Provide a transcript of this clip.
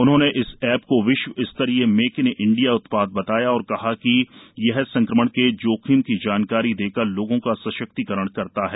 उनह्रोंने इस एप को विशब सप्तरीय मेक इन इंडिया उतप्राद बताया और कहा कि यह संक्रमण के जोखिम की जानकारी देकर लोगों का सशक्तिकरण करता है